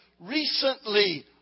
recently